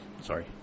sorry